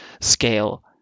scale